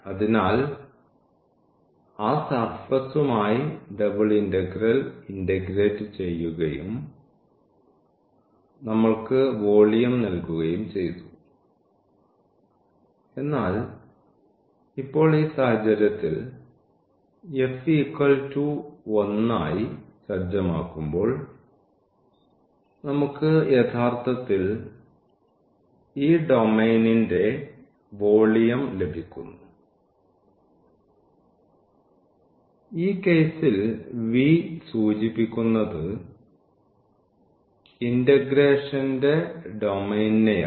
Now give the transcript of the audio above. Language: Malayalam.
അതിനാൽ ആ സർഫസ്സുമായി ഡബിൾ ഇന്റഗ്രൽ ഇന്റഗ്രേറ് ചെയ്യുകയും നമ്മൾക്ക് വോളിയം നൽകുകയും ചെയ്തു എന്നാൽ ഇപ്പോൾ ഈ സാഹചര്യത്തിൽ ഈ f1 ആയി സജ്ജമാക്കുമ്പോൾ നമുക്ക് യഥാർത്ഥത്തിൽ ഈ ഡൊമെയ്നിന്റെ വോളിയം ലഭിക്കുന്നു ഈ കേസിൽ V സൂചിപ്പിക്കുന്നത് ഇന്റഗ്രേഷന്റെ ഡൊമെയ്ൻനെയാണ്